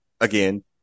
again